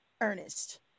Ernest